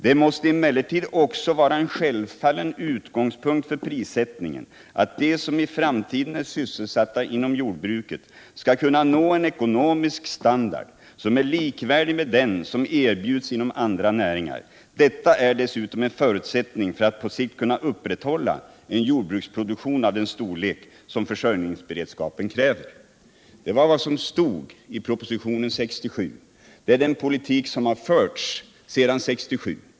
Det måste emellertid också vara en självfallen utgångspunkt för prissättningen att de som i framtiden är sysselsatta inom jordbruket skall kunna nå en ekonomisk standard som är likvärdig med den som erbjuds inom andra näringar. Detta är dessutom en förutsättning för att vi på sikt skall kunna upprätthålla en jordbruksproduktion av den storlek som försörjningsberedskapen kräver.” Det var vad som stod i propositionen 1967. Det är den politiken som har förts sedan 1967.